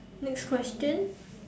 next question